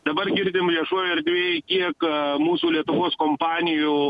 dabar girdim viešojoj erdvėj kiek mūsų lietuvos kompanijų